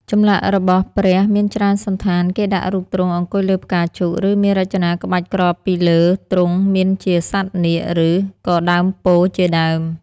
ចម្លាក់របស់ព្រះមានច្រើនសណ្ឋានគេដាប់រូបទ្រង់អង្គុយលើផ្កាឈូកឬមានរចនាក្បាច់ក្របពីលើទ្រង់មានជាសត្វនាគឬក៏ដើមពោធិ៍ជាដើម។